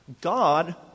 God